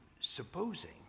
supposing